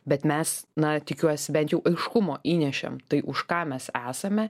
bet mes na tikiuosi bent jau aiškumo įnešėm tai už ką mes esame